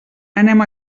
anem